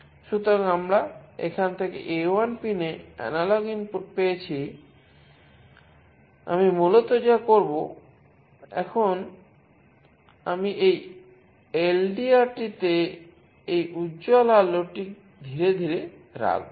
সুতরাং আমরা এখান থেকে A1 পিনে এনালগ ইনপুট পেয়েছি আমি মূলতঃ যা করব এখন আমি এই LDR টিতে এই উজ্জ্বল আলোটি ধীরে ধীরে রাখব